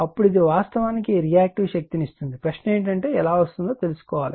అప్పుడు ఇది వాస్తవానికి రియాక్టివ్ శక్తిని ఇస్తుంది ప్రశ్న ఏమిటంటే ఎలా వస్తుందో తెలుసుకోవాలి